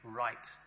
right